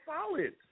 solid